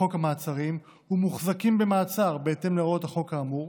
לחוק המעצרים ומוחזקים במעצר בהתאם להוראות החוק האמור,